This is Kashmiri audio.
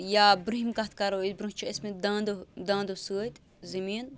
یا برٛونٛہِم کَتھ کَرو أسۍ برٛونٛہہ چھِ ٲسمٕتۍ دانٛدو دانٛدو سۭتۍ زٔمیٖن